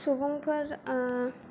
सुबुंफोर ओ